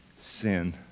sin